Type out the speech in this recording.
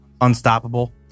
unstoppable